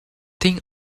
think